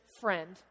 friend